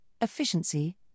efficiency